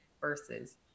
versus